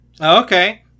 Okay